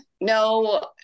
No